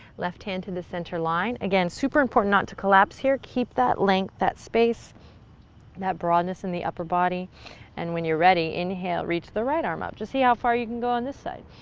left hand to the center line. again, super important not to collapse here. keep that length, that space, and that broadness in the upper body and when you're ready, inhale, reach the right arm up. just see how far you can go on this side.